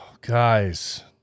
Guys